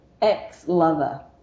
ex-lover